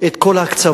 את כל ההקצבות,